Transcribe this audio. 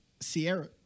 Sierra